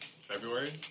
February